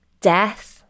death